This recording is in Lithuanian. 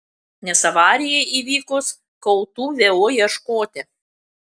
nes avarijai įvykus kaltų vėlu ieškoti